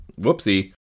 whoopsie